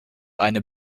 eine